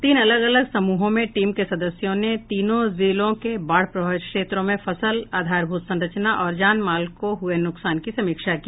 तीन अलग अलग समूहों में टीम के सदस्यों ने तीनों जिलों के बाढ़ प्रभावित क्षेत्रों में फसल आधारभूत संरचना और जान माल को हुए नुकसान की समीक्षा की